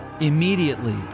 Immediately